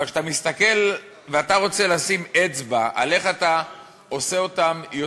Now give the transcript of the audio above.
אבל כשאתה מסתכל ואתה רוצה לשים אצבע על איך אתה עושה אותם יותר,